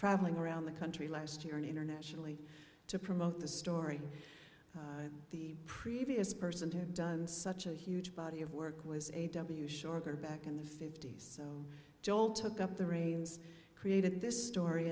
traveling around the country last year and internationally to promote the story the previous person to have done such a huge body of work was a w shorter back in the fifty's so joel took up the reins created this story